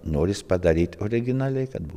noris padaryt originaliai kad būt